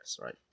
Right